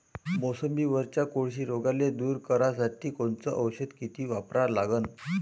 मोसंबीवरच्या कोळशी रोगाले दूर करासाठी कोनचं औषध किती वापरा लागन?